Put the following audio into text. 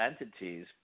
entities